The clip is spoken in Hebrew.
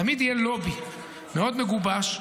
תמיד יהיה לובי מאוד מגובש,